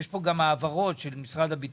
יש פה גם העברות של משרד הביטחון,